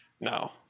No